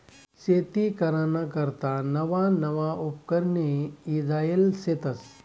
शेती कराना करता नवा नवा उपकरणे ईजायेल शेतस